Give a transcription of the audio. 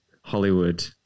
Hollywood